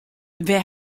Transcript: wêr